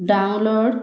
download